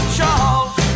Charles